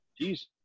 Jesus